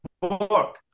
book